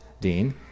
Dean